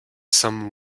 some